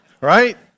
Right